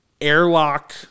airlock